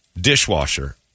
dishwasher